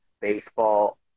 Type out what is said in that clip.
baseball